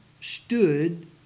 stood